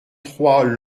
trois